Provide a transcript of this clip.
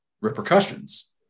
repercussions